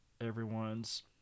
everyone's